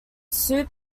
soup